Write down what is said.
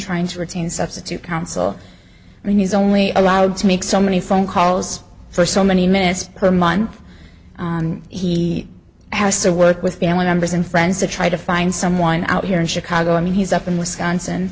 trying to retain substitute counsel and he's only allowed to make so many phone calls for so many minutes per month he has to work with family members and friends to try to find someone out here in chicago i mean he's up in wisconsin